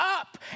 up